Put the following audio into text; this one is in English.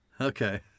Okay